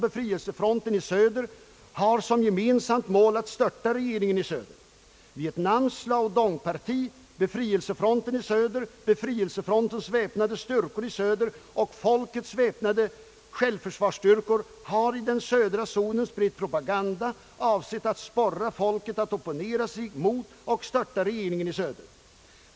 Vietnams Lao Dong-parti, Befrielsefronten i söder, Befrielsefrontens väpnade styrkor i söder och Folkets väpnade självförsvarsstyrkor har i den södra zonen spritt propaganda avsedd att sporra folket att opponera sig mot och störta regeringen i söder.